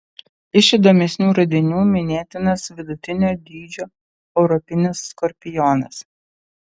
iš įdomesnių radinių minėtinas vidutinio dydžio europinis skorpionas